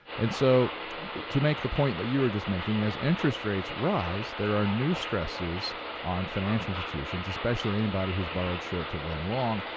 and so to make the point that you were just making, as interest rates rise, there are new stresses on financial institutions, especially anybody who's borrowed short to lend long.